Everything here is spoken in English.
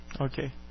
Okay